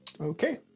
Okay